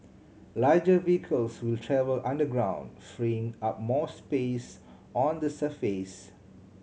larger vehicles will travel underground freeing up more space on the surface